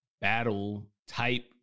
battle-type